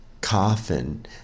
coffin